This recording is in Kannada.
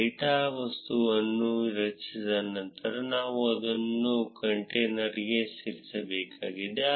ಡೇಟಾ ವಸ್ತುಗಳನ್ನು ರಚಿಸಿದ ನಂತರ ನಾವು ಅದನ್ನು ಕಂಟೇನರ್ಗೆ ಸೇರಿಸಬೇಕಾಗಿದೆ